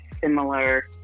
similar